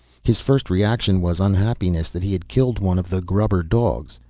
his first reaction was unhappiness that he had killed one of the grubber dogs.